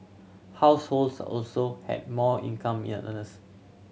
households also had more income ear earners